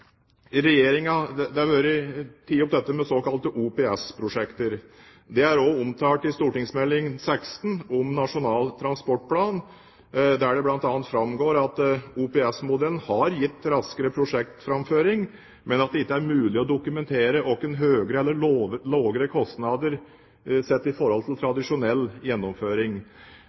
har vært tatt opp. Det er også omtalt i St.meld. nr. 16 for 2008–2009 om Nasjonal transportplan, der det bl.a. framgår at OPS-modellen har gitt raskere prosjektgjennomføring, men at det ikke er mulig å dokumentere verken høyere eller lavere kostnader enn ved tradisjonell gjennomføring.